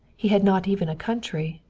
he had not even a country.